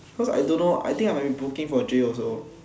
cause I don't know I think I might be booking for J also